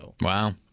Wow